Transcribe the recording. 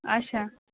اچھا